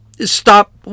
stop